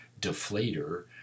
deflator